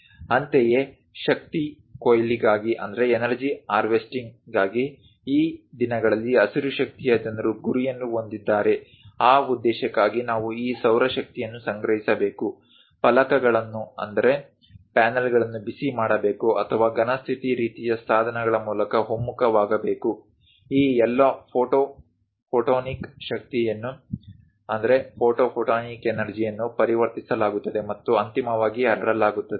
ಅಂತೆಯೇ ಶಕ್ತಿ ಕೊಯ್ಲುಗಾಗಿ ಈ ದಿನಗಳಲ್ಲಿ ಹಸಿರು ಶಕ್ತಿಯ ಜನರು ಗುರಿಯನ್ನು ಹೊಂದಿದ್ದಾರೆ ಆ ಉದ್ದೇಶಕ್ಕಾಗಿ ನಾವು ಈ ಸೌರಶಕ್ತಿಯನ್ನು ಸಂಗ್ರಹಿಸಬೇಕು ಫಲಕಗಳನ್ನು ಬಿಸಿ ಮಾಡಬೇಕು ಅಥವಾ ಘನ ಸ್ಥಿತಿ ರೀತಿಯ ಸಾಧನಗಳ ಮೂಲಕ ಒಮ್ಮುಖವಾಗಬೇಕು ಈ ಎಲ್ಲಾ ಫೋಟೋ ಫೋಟೊನಿಕ್ ಶಕ್ತಿಯನ್ನು ಪರಿವರ್ತಿಸಲಾಗುತ್ತದೆ ಮತ್ತು ಅಂತಿಮವಾಗಿ ಹರಡಲಾಗುತ್ತದೆ